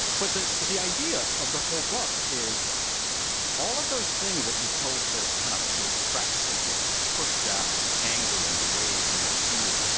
but the the idea of the whole book is all of those things that you're told to kind of repress and to push down, the anger and the rage and the fear,